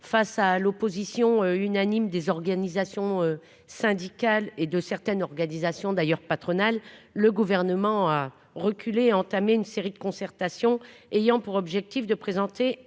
face à l'opposition unanime des organisations syndicales et de certaines organisations d'ailleurs patronale, le gouvernement a reculé entamé une série de concertations ayant pour objectif de présenter